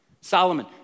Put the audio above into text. Solomon